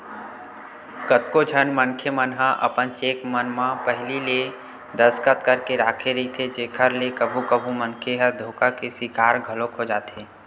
कतको झन मनखे मन ह अपन चेक मन म पहिली ले दस्खत करके राखे रहिथे जेखर ले कभू कभू मनखे ह धोखा के सिकार घलोक हो जाथे